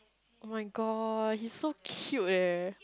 oh-my-God he's so cute eh